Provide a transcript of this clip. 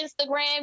Instagram